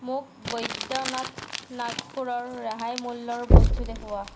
মোক বৈদ্যনাথ নাগপুৰৰ ৰেহাই মূল্যৰ বস্তু দেখুওৱা